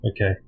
Okay